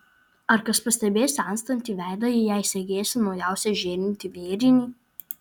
ar kas pastebės senstantį veidą jei segėsi naujausią žėrintį vėrinį